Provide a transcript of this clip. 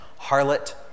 harlot